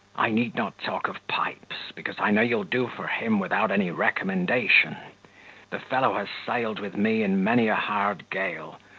i need not talk of pipes, because i know you'll do for him without any recommendation the fellow has sailed with me in many a hard gale,